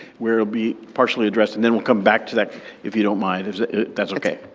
we'll we'll be partially addressing, then we'll come back to that if you don't mind, if that's okay.